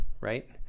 Right